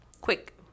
quick